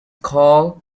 called